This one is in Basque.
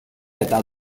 eta